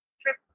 trip